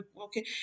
okay